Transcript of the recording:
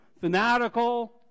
Fanatical